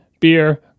Beer